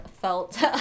felt